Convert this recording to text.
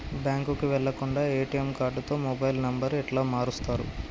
బ్యాంకుకి వెళ్లకుండా ఎ.టి.ఎమ్ కార్డుతో మొబైల్ నంబర్ ఎట్ల మారుస్తరు?